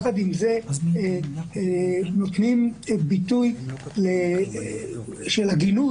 נותנים ביטוי של הגינות,